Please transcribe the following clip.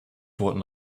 wurden